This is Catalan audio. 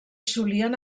solien